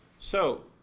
so,